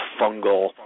fungal